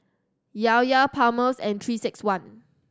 Llao Llao Palmer's and Three Six One